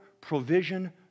provision